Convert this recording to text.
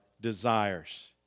desires